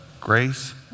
Grace